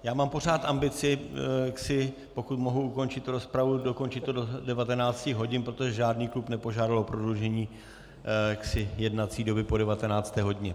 Já mám pořád ambici, pokud mohu ukončit rozpravu, dokončit to do 19 hodin, protože žádný klub nepožádal o prodloužení jednací doby po 19. hodině.